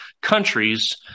countries